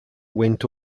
went